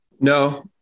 no